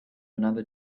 another